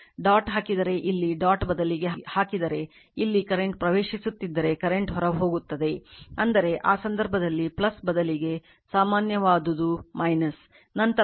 dot ಹಾಕಿದರೆ ಇಲ್ಲಿ dot ಬದಲಿಗೆ ಹಾಕಿದರೆ ಇಲ್ಲಿ ಕರೆಂಟ್ ಪ್ರವೇಶಿಸುತ್ತಿದ್ದರೆ ಕರೆಂಟ್ ಹೊರಹೋಗುತ್ತದೆ ಅಂದರೆ ಆ ಸಂದರ್ಭದಲ್ಲಿ ಬದಲಿಗೆ ಸಾಮಾನ್ಯವಾಗುವುದು ನಂತರ ಸಾಮಾನ್ಯವಾಗಿ L1 2 M